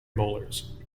molars